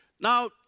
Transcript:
Now